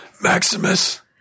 Maximus